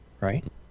right